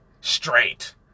straight